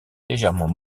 légèrement